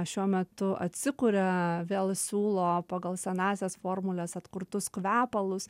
šiuo metu atsikuria vėl siūlo pagal senąsias formules atkurtus kvepalus